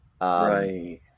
Right